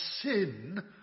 sin